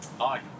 Hi